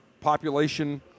population